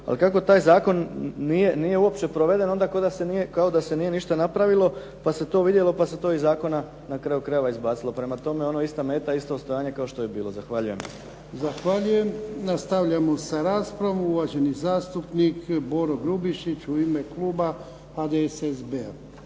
ali kako taj zakon nije uopće proveden onda kao da se nije ništa napravilo pa se to vidjelo, pa se to iz zakona na kraju krajeva izbacilo. Prema tome, ono je ista tema, isto stanje kao što je bilo. Zahvaljujem. **Jarnjak, Ivan (HDZ)** Zahvaljujem. Nastavljamo sa raspravom. Uvaženi zastupnik Boro Grubišić u ime kluba HDSSB-a.